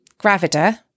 gravida